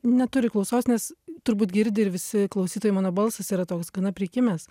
neturiu klausos nes turbūt girdi ir visi klausytojai mano balsas yra toks gana prikimęs